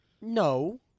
No